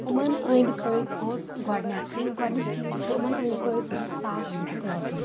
یِمن أنٛدۍ پٔکۍ گوٚژھ گۄڈنیٚتھٕے گوڈیُنُک چیٖز چھُ یِمَن أنٛدۍ پٔکۍ گوژھ صاف سُترٕ روزُن